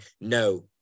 No